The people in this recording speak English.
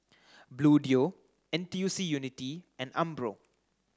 Bluedio N T U C Unity and Umbro